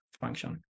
function